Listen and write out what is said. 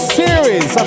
series